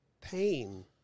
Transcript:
pain